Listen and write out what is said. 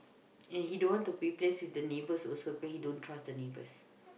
and he don't want to be place with the neighbors also because he don't trust the neighbors